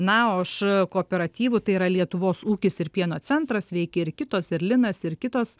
na o iš kooperatyvų tai yra lietuvos ūkis ir pieno centras veikia ir kitos ir linas ir kitos